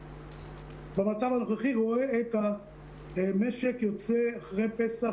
אני במצב הנוכחי רואה את המשק יוצא אחרי פסח,